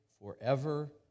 forever